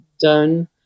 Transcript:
done